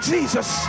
Jesus